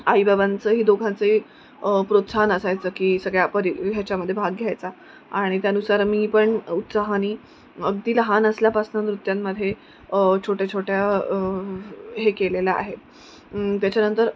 आई बाबांचंही दोघांचंही प्रोत्साहन असायचं की सगळ्या परी ह्याच्यामधे भाग घ्यायचा आणि त्यानुसार मी पण उत्साहाने अगदी लहान असल्यापासून नृत्यांमध्ये छोट्या छोट्या हे केलेलं आहे त्याच्यानंतर